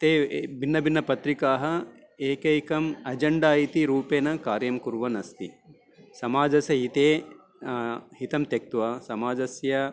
ते भिन्नभिन्नपत्रिकाः एकैकम् अजेण्डा इति रूपेण कार्यं कुर्वन् अस्ति समजासहितं हितं त्यक्त्वा समाजस्य